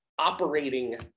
operating